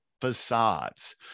facades